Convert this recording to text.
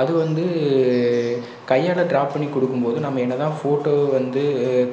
அது வந்து கையால் ட்ரா பண்ணி கொடுக்கும்போது நம்ம என்னதான் ஃபோட்டோ வந்து